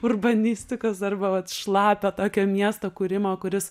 urbanistikos arba vat šlapio tokio miesto kūrimo kuris